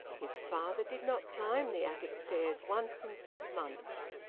his father did not climb the attic stairs once in six months.